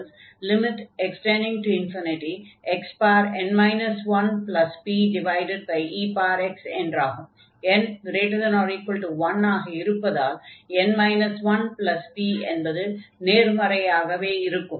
n≥1 ஆக இருப்பதால் n 1p என்பது நேர்மறையாகவே இருக்கும்